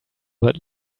but